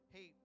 Hey